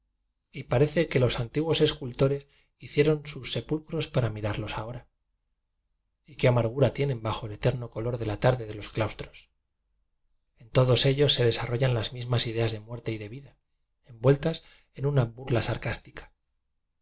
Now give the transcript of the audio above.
y parece que los antiguos escultores hicieron sus sepul cros para mirarlos ahora y qué amargura tienen bajo el eterno color de tarde de los claustros en todos ellos se desarrollan las mismas ideas de muerte y de vida en vueltas en una burla sarcástica